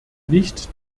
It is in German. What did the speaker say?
nicht